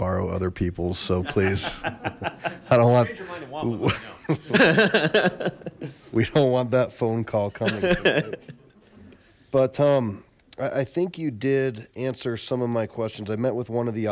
borrow other people's so please i don't want we don't want that phone call coming but um i think you did answer some of my questions i met with one of the